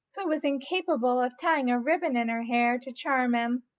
who was incapable of tying a ribbon in her hair to charm him,